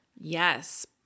Yes